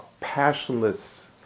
passionless